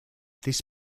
this